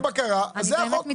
אני באמת מתנצלת,